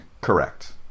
Correct